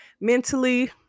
mentally